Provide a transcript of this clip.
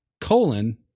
colon